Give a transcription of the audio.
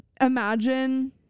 imagine